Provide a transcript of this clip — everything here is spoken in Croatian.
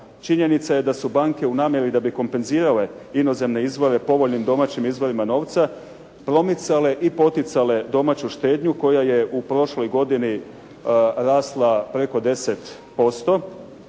činjenica je da su banke u namjeri da bi kompenzirale inozemne izvore povoljnim domaćim izvorima novca promicale i poticale domaću štednju koja je u prošloj godini rasla preko 10%